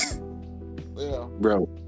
Bro